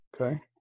Okay